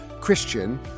Christian